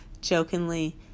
jokingly